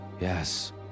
Yes